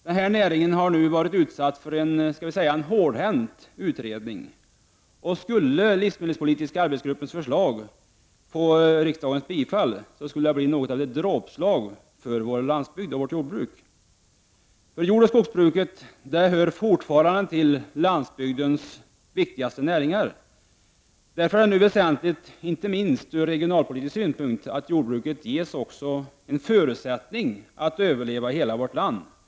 Denna näring har nu varit utsatt för en ”hårdhänt” utredning. Skulle livsmedelspolitiska arbetsgruppens förslag få riksdagens bifall, skulle detta bli ett dråpslag för landsbygden. Jordoch skogsbruket hör fortfarande till landsbygdens viktigaste näringar. Därför är det viktigt, inte minst från regionalpolitisk synpunkt, att jordbruket ges förutsättningar för att överleva i hela vårt land.